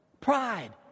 Pride